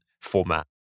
format